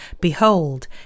Behold